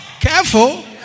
Careful